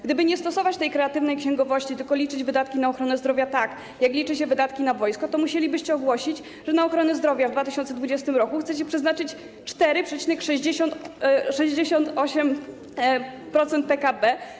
Gdyby nie stosować tej kreatywnej księgowości, tylko liczyć wydatki na ochronę zdrowia tak, jak liczy się wydatki na wojsko, to musielibyście ogłosić, że na ochronę zdrowia w 2020 r. chcecie przeznaczyć 4,68% PKB.